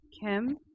Kim